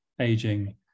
aging